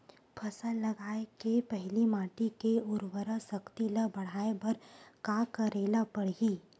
फसल लगाय के पहिली माटी के उरवरा शक्ति ल बढ़ाय बर का करेला पढ़ही?